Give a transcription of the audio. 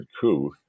coup